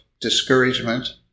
discouragement